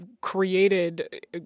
created